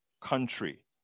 country